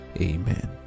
Amen